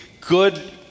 good